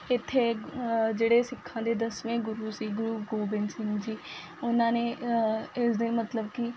ਇੱਥੇ ਜਿਹੜੇ ਸਿੱਖਾਂ ਦੇ ਦਸਵੇਂ ਗੁਰੂ ਸੀ ਗੁਰੂ ਗੋਬਿੰਦ ਸਿੰਘ ਜੀ ਉਹਨਾਂ ਨੇ ਇਸ ਦਿਨ ਮਤਲਬ ਕਿ